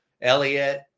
Elliot